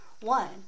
One